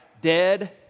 Dead